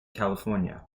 california